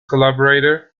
collaborator